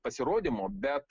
pasirodymo bet